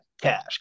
cash